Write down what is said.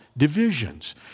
divisions